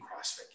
CrossFit